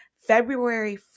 February